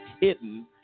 hidden